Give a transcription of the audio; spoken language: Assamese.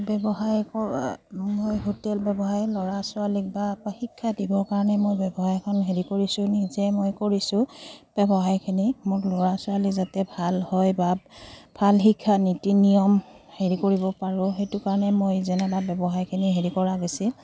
ব্যৱসায় কৰা মই হোটেল ব্যৱসায় ল'ৰা ছোৱালীক বা বা শিক্ষা দিবৰ কাৰণে মই ব্যৱসায়খন হেৰি কৰিছোঁ নিজে মই কৰিছোঁ ব্যৱসায়খিনি মোৰ ল'ৰা ছোৱালী যাতে ভাল হয় বা ভাল শিক্ষা নীতি নিয়ম হেৰি কৰিব পাৰোঁ সেইটো কাৰণে মই যেনেবা ব্যৱসায়খিনি হেৰি কৰা গৈছিল